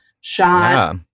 shot